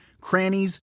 crannies